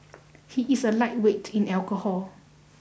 he is a lightweight in alcohol